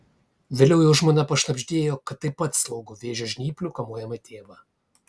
vėliau jo žmona pašnabždėjo kad taip pat slaugo vėžio žnyplių kamuojamą tėvą